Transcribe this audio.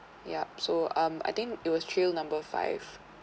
yup so um I think it was trail number five